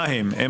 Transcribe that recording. מהם הם?